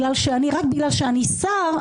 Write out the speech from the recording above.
רק בגלל שאני שר,